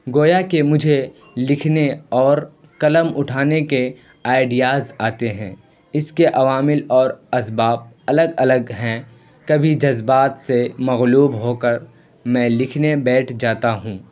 گویا کہ مجھے لکھنے اور قلم اٹھانے کے آئیڈیاز آتے ہیں اس کے عوامل اور اسباب الگ الگ ہیں کبھی جذبات سے مغلوب ہو کر میں لکھنے بیٹھ جاتا ہوں